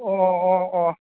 ꯑꯣ ꯑꯣ ꯑꯣ